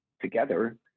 together